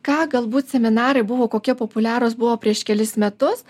ką galbūt seminarai buvo kokie populiarūs buvo prieš kelis metus